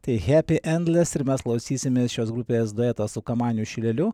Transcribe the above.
tai hepi endles ir mes klausysimės šios grupės dueto su kamanių šileliu